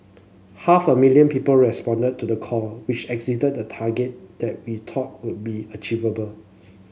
half a million people responded to the call which exceeded the target that we thought would be achievable